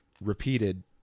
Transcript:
repeated